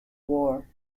war